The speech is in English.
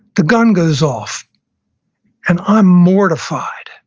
the gun goes off and i'm mortified.